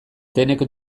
denek